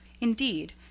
Indeed